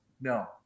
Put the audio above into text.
No